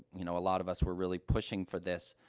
you know, a lot of us were really pushing for this